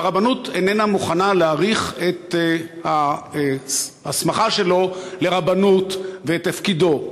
והרבנות איננה מוכנה להאריך את ההסמכה שלו לרבנות ואת תפקידו.